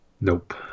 Nope